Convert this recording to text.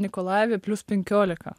nikolajeve plius penkiolika